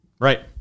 Right